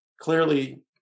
clearly